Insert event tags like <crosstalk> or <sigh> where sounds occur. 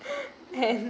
<laughs> and